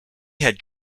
had